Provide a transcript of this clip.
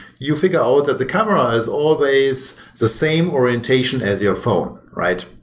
you figure out that the camera is always the same orientation as your phone, right?